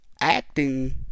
Acting